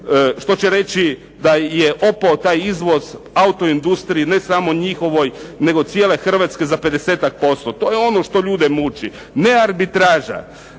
što će reći da je pao taj izvoz auto industriji ne samo njihovoj nego cijele Hrvatske za pedesetak posto. To je ono što ljude muči, ne arbitraža.